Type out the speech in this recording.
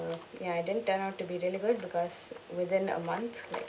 uh ya it didn't turn out to be delivered because within a month like